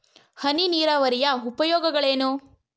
ಹನಿ ನೀರಾವರಿಯ ಉಪಯೋಗಗಳೇನು?